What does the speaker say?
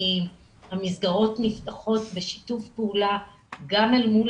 כי המסגרות נפתחות בשיתוף פעולה גם אל מול